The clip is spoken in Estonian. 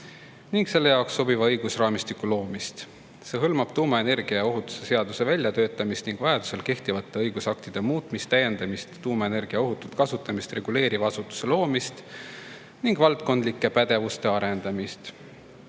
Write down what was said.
ning selle jaoks sobiva õigusraamistiku loomist. See hõlmab tuumaenergia ja ‑ohutuse seaduse väljatöötamist ning vajadusel kehtivate õigusaktide muutmist, täiendamist, tuumaenergia ohutut kasutamist reguleeriva asutuse loomist ning valdkondlike pädevuste arendamist.